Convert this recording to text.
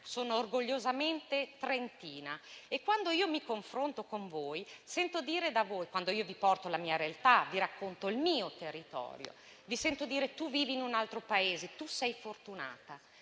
orgogliosamente trentina e quando mi confronto con voi, quando vi porto la mia realtà e vi racconto il mio territorio, vi sento dire: tu vivi in un altro Paese, tu sei fortunata.